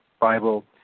Bible